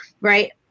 right